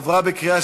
נתקבל.